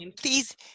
please